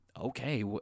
okay